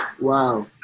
Wow